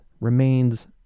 remains